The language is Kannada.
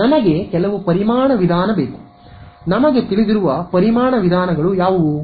ನನಗೆ ಕೆಲವು ಪರಿಮಾಣ ವಿಧಾನ ಬೇಕು ನಮಗೆ ತಿಳಿದಿರುವ ಪರಿಮಾಣ ವಿಧಾನಗಳು ಯಾವುವು